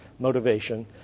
Motivation